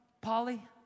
Polly